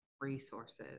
resources